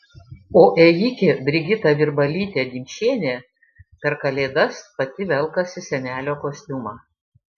o ėjikė brigita virbalytė dimšienė per kalėdas pati velkasi senelio kostiumą